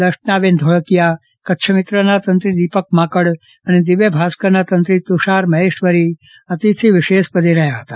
દર્શનાબેન ધોળકીયા કચ્છમિત્રના તંત્રી દિપક માંકડ અને દિવ્ય ભાસ્કરના તંત્રી તુષાર મહેશ્વરી પણ અતિથિવિશેષ રહ્યા હતા